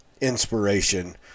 inspiration